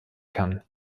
kann